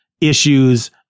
issues